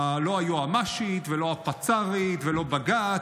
לא היועמ"שית ולא הפצ"רית ולא בג"ץ,